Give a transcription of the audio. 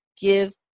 give